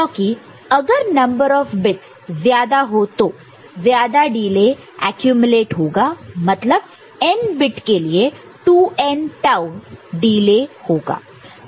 क्योंकि अगर number of bits ज्यादा हो तो ज्यादा डिले एक्यूमलेट होगा मतलब n बिट के लिए 2n टाऊ डिले